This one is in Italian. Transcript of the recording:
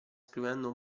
scrivendo